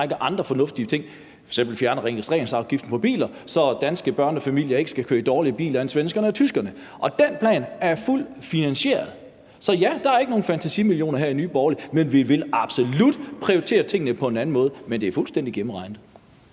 lang række andre fornuftige ting. F.eks. fjerner vi registreringsafgiften på biler, så danske børnefamilier ikke skal køre i dårligere biler end svenskerne og tyskerne. Den plan er fuldt finansieret. Så der er ikke nogen fantasimillioner her i Nye Borgerlige, men vi vil absolut prioritere tingene på en anden måde. Men det er fuldstændig gennemregnet.